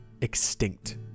extinct